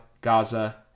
Gaza